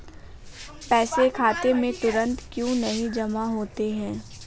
पैसे खाते में तुरंत क्यो नहीं जमा होते हैं?